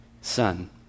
Son